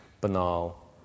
banal